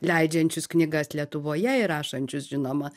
leidžiančius knygas lietuvoje ir rašančius žinoma